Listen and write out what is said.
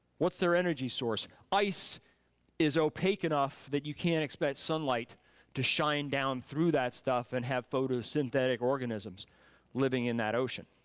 what's their energy source? ice is opaque enough that you can't expect sunlight to shine down through that stuff and have photosynthetic organisms living in that ocean,